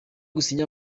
gusinya